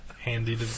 handy